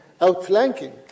outflanking